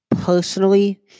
Personally